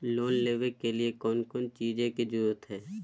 Loan लेबे के लिए कौन कौन चीज के जरूरत है?